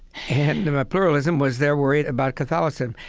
and um ah pluralism was they're worried about catholicism.